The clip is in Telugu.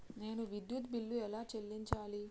నేను విద్యుత్ బిల్లు ఎలా చెల్లించాలి?